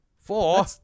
Four